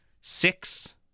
six